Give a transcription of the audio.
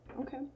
Okay